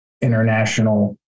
international